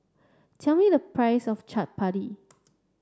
tell me the price of Chaat Papri